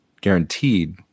guaranteed –